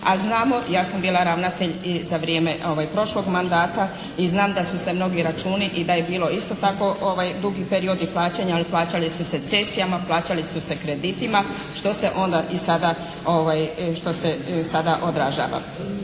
A znamo, ja sam bila ravnatelj i za vrijeme prošlog mandata i znam da su se mnogi računi i da je bilo isto tako dugi periodi plaćanja, ali plaćali su se cesijama, plaćali su se kreditima što se onda i sada odražava.